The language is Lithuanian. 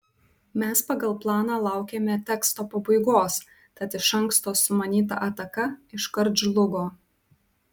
mes pagal planą laukėme teksto pabaigos tad iš anksto sumanyta ataka iškart žlugo